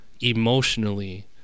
emotionally